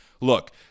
Look